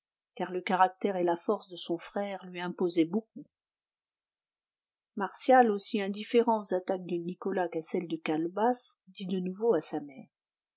car le caractère et la force de son frère lui imposaient beaucoup martial aussi indifférent aux attaques de nicolas qu'à celles de calebasse dit de nouveau à sa mère